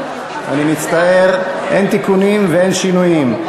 אני מצטער, אין תיקונים ואין שינויים.